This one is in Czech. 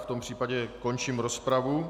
V tom případě končím rozpravu.